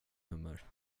nummer